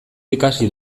ikasi